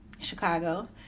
Chicago